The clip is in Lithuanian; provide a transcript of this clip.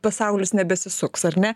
pasaulis nebesisuks ar ne